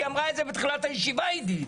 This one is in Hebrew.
היא אמרה את זה בתחילת הישיבה עידית.